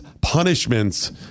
punishments